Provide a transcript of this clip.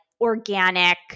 organic –